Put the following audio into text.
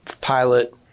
pilot